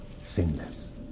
sinless